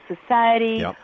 society